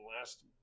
last